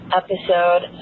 episode